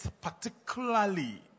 particularly